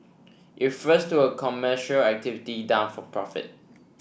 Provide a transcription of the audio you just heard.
it refers to a commercial activity done for profit